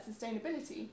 sustainability